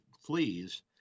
fleas